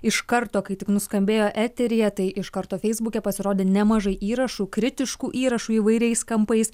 iš karto kai tik nuskambėjo eteryje tai iš karto feisbuke pasirodė nemažai įrašų kritiškų įrašų įvairiais kampais